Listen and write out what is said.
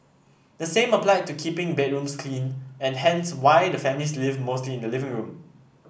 the same applied to keeping bedrooms clean and hence why the family lived mostly in the living room